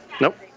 Nope